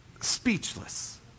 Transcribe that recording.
speechless